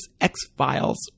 X-Files